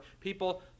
people